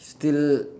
still